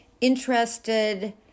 interested